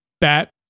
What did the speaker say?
bat